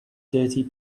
dirty